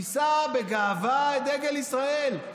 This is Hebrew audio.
יישא בגאווה את דגל ישראל,